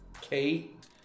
Kate